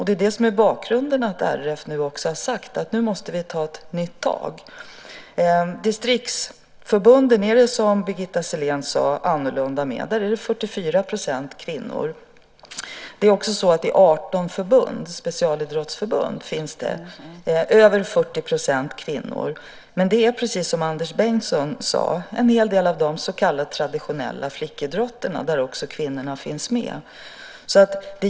Det är det som är bakgrunden till att RF har sagt att man nu måste ta ett nytt tag. Det är annorlunda med distriktsförbunden, som Birgitta Sellén sade. Där finns det 44 % kvinnor. I 18 specialidrottsförbund finns det över 40 % kvinnor. Men precis som Anders Bengtsson sade är det i en hel del av de så kallade traditionella flickidrotterna som kvinnorna finns med.